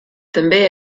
també